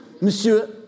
monsieur